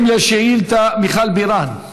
כל האפליה היא בישראל.